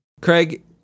Craig